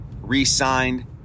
re-signed